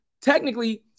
technically